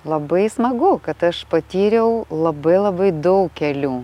labai smagu kad aš patyriau labai labai daug kelių